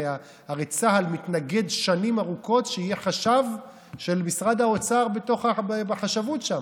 הרי צה"ל מתנגד שנים ארוכות שיהיה חשב של משרד האוצר בחשבות שם.